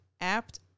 *Apt